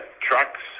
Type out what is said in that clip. trucks